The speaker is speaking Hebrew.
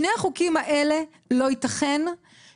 לא ייתכן ששני החוקים האלה לא יעברו,